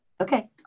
Okay